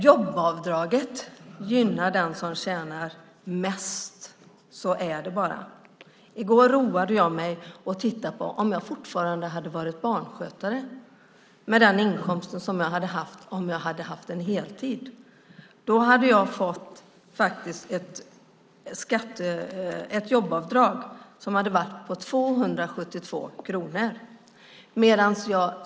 Jobbavdraget gynnar den som tjänar mest. Så är det bara. I går roade jag mig med att titta på hur det skulle vara om jag fortfarande hade varit barnskötare med den inkomst jag i så fall skulle ha med en heltid. Då hade jag fått ett jobbavdrag på 272 kronor.